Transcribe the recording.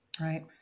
Right